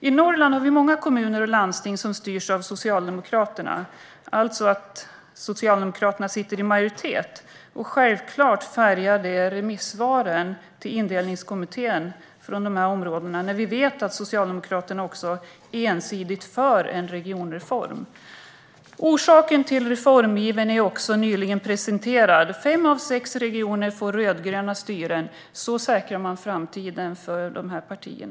I Norrland har vi många kommuner och landsting som styrs av Socialdemokraterna, alltså där Socialdemokraterna sitter i majoritet. Självklart färgar det remissvaren till Indelningskommittén från dessa områden när vi vet att Socialdemokraterna är ensidigt för en regionreform. Orsaken till reformivern är också nyligen presenterad: Fem av sex regioner får rödgröna styren. Så säkrar man framtiden för dessa partier.